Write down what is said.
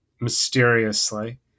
mysteriously